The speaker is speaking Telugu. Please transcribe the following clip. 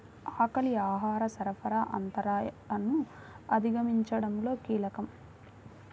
ఆకలి ఆహార సరఫరా అంతరాయాలను అధిగమించడంలో కీలకం